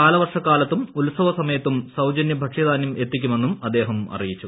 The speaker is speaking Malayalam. കാലവർഷക്കാലത്തും ഉത്സവ സമയത്തും സൌജന്യ ഭക്ഷ്യധാന്യം എത്തിക്കുമെന്ന് അദ്ദേഹം അറിയിച്ചു